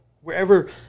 wherever